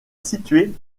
située